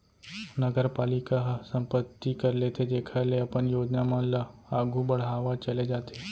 नगरपालिका ह संपत्ति कर लेथे जेखर ले अपन योजना मन ल आघु बड़हावत चले जाथे